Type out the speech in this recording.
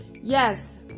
yes